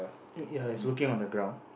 ya it's looking on the ground